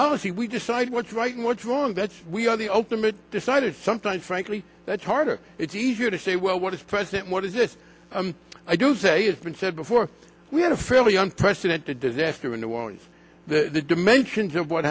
policy we decide what's right and what's wrong that's we are the ultimate decider sometimes frankly that's harder it's easier to say well what is president what is this i do say it's been said before we had a fairly unprecedented disaster and it was the dimensions of what